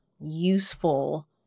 useful